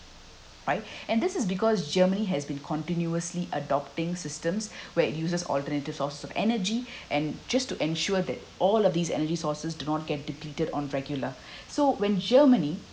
right and this is because germany has been continuously adopting systems where it uses alternative source of energy and just to ensure that all of these energy sources do not get depleted on regular so when germany